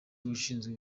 ushinzwe